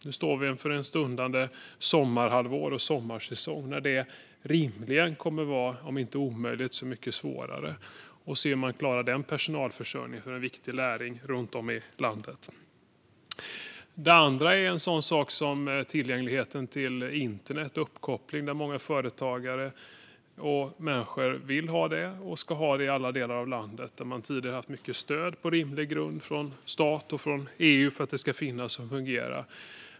Nu står vi inför en stundande sommarsäsong när det rimligen kommer att vara om inte omöjligt så i alla fall mycket svårare att klara personalförsörjningen för en viktig näring runt om i landet. En annan sak är tillgängligheten till internet och uppkoppling. Många företag och människor vill ha det, och man ska ha det i alla delar av landet. Tidigare har man haft mycket stöd på rimlig grund från stat och EU för att det ska finnas och fungera.